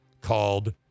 Called